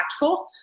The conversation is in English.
impactful